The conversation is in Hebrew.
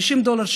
50 דולר,